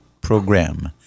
Program